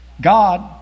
God